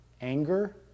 anger